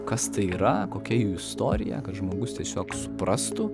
kas tai yra kokia jų istorija kad žmogus tiesiog suprastų